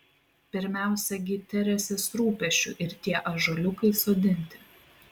pirmiausia gi teresės rūpesčiu ir tie ąžuoliukai sodinti